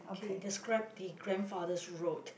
K describe the grandfather's road